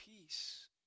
peace